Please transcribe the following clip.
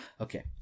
Okay